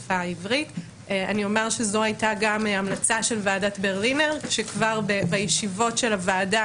זו הייתה גם המלצה של ועדת ברלינר שכבר בישיבות של הוועדה